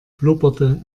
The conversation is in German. blubberte